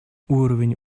уровень